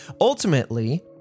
Ultimately